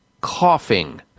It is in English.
coughing